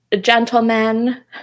gentlemen